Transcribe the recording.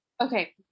Okay